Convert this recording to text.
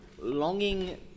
longing